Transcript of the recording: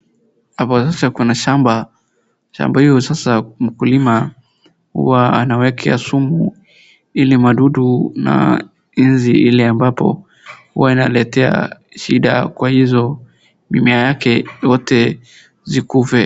Hapo sasa kuna shamba, shamba hiyo sasa mkulima hua anawekea sumu ili madudu na inzi ile ambapo huwa inaletea shida kwa hizo mimea yakeyzote zikufe.